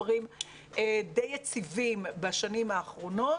למספרים די יציבים בשנים האחרונות.